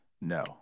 no